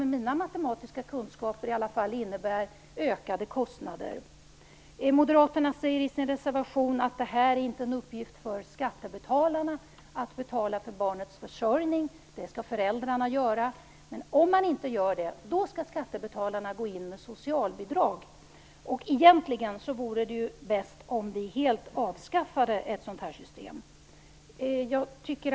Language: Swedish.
Med mina matematiska kunskaper innebär detta ökade kostnader. Moderaterna säger i sin reservation att det inte är en uppgift för skattebetalarna att betala för barnets försörjning. Det skall föräldrarna göra. Men om de inte gör det skall skattebetalarna gå in med socialbidrag. Och egentligen vore det, enligt Moderaterna, bäst om ett sådant system helt avskaffades.